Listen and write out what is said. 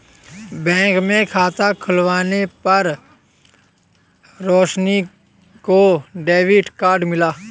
bank में खाता खुलवाने पर रोशनी को डेबिट कार्ड मिला